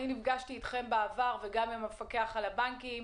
אני נפגשתי איתכם בעבר וגם עם המפקח על הבנקים,